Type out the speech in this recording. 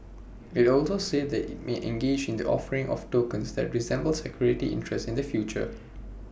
IT also said that IT may engage in the offering of tokens that resemble security interests in the future